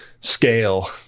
scale